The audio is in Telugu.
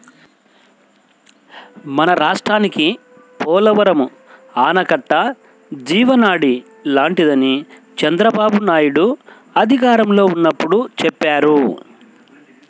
మన రాష్ట్రానికి పోలవరం ఆనకట్ట జీవనాడి లాంటిదని చంద్రబాబునాయుడు అధికారంలో ఉన్నప్పుడు చెప్పేవారు